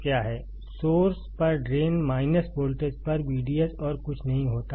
source पर drain minus voltage पर VDS और कुछ नहीं होता है